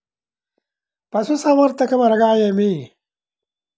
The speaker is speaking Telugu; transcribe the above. పశుసంవర్ధకం అనగా ఏమి?